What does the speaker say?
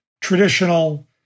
traditional